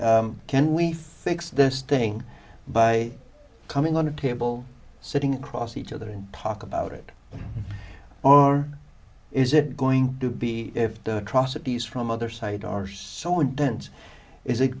we fix this thing by coming on a table sitting across each other and talk about it or is it going to be if the atrocities from other side are so intense is it